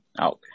Okay